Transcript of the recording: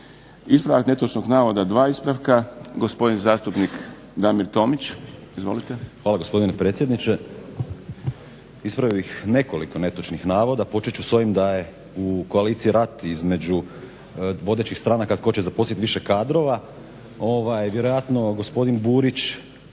Ispravak netočnog navoda, dva ispravka. Gospodin zastupnik Damir Tomić, izvolite. **Tomić, Damir (SDP)** Hvala gospodine predsjedniče. Ispravio bih nekoliko netočnih navoda. Počet ću sa ovim da je u koaliciji rat između vodećih stranaka tko će zaposliti više kadrova. Vjerojatno gospodin Burić